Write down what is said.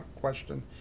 question